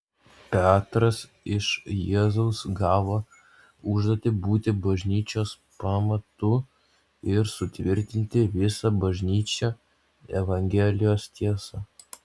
petras iš jėzaus gavo užduotį būti bažnyčios pamatu ir sutvirtinti visą bažnyčią evangelijos tiesa